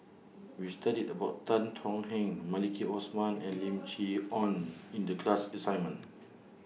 We studied about Tan Thuan Heng Maliki Osman and Lim Chee Onn in The class assignment